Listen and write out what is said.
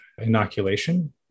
inoculation